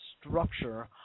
structure